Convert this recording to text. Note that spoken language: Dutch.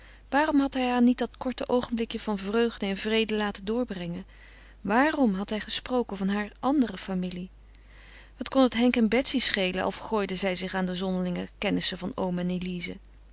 waarom had hij haar niet dat korte oogenblikje van vreugde in vrede laten doorbrengen waarom had hij gesproken van hare andere familie wat kon het henk en betsy schelen al vergooide zij zich aan de zonderlinge kennissen van oom en elize